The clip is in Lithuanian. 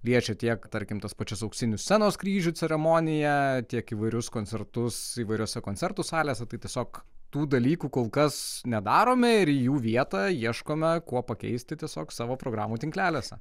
liečia tiek tarkim tas pačias auksinių scenos kryžių ceremoniją tiek įvairius koncertus įvairiose koncertų salėse tai tiesiog tų dalykų kol kas nedarome ir į jų vietą ieškome kuo pakeisti tiesiog savo programų tinkleliuose